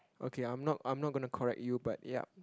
okay I'm not I'm not going to correct you but yup